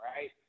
right